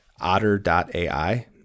otter.ai